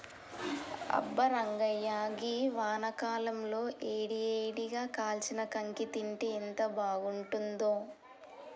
అబ్బా రంగాయ్య గీ వానాకాలంలో ఏడి ఏడిగా కాల్చిన కాంకి తింటే ఎంత బాగుంతుందో